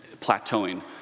plateauing